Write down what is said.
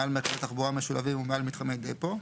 מעל מרכזי תחבורה משולבים ומעל מתחמי דפו,